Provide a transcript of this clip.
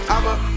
I'ma